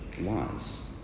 lies